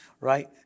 right